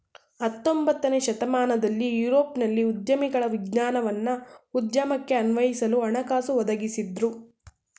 ಹತೊಂಬತ್ತನೇ ಶತಮಾನದಲ್ಲಿ ಯುರೋಪ್ನಲ್ಲಿ ಉದ್ಯಮಿಗಳ ವಿಜ್ಞಾನವನ್ನ ಉದ್ಯಮಕ್ಕೆ ಅನ್ವಯಿಸಲು ಹಣಕಾಸು ಒದಗಿಸಿದ್ದ್ರು